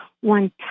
One